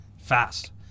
fast